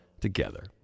together